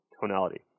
tonality